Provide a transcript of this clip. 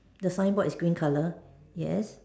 the signboard is green colour yes